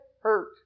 hurt